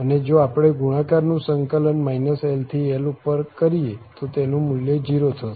અને જો આપણે ગુણાકાર નું સંકલન l થી l ઉપર કરીએ તો તેનું મુલ્ય 0 થશે